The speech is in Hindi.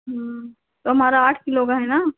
हाँ तो हमारा आठ किलो का है ना